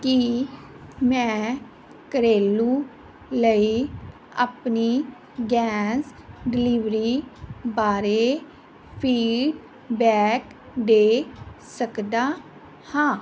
ਕੀ ਮੈਂ ਘਰੇਲੂ ਲਈ ਆਪਣੀ ਗੈਸ ਡਿਲਿਵਰੀ ਬਾਰੇ ਫੀਡਬੈਕ ਦੇ ਸਕਦਾ ਹਾਂ